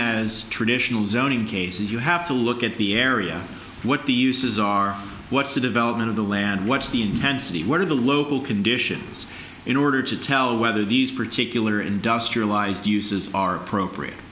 as traditional zoning cases you have to look at the area what the uses are what's the development of the land what's the intensity what are the local conditions in order to tell whether these particular industrialized uses are appropriate